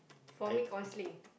for me counselling